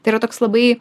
tai yra toks labai